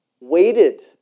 waited